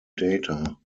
data